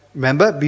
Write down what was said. remember